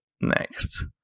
next